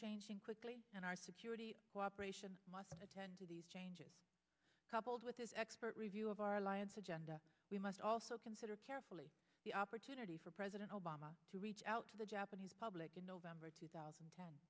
changing quickly and our security cooperation must attend to these changes coupled with his expert review of our alliance agenda we must also consider carefully the opportunity for president obama to reach out to the japanese public in november two thousand a